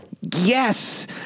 yes